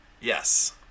yes